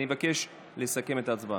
אני מבקש לסכם את ההצבעה.